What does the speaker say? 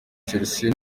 chelsea